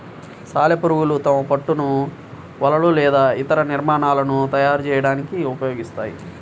సాలెపురుగులు తమ పట్టును వలలు లేదా ఇతర నిర్మాణాలను తయారు చేయడానికి ఉపయోగిస్తాయి